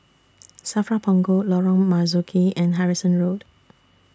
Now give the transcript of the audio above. SAFRA Punggol Lorong Marzuki and Harrison Road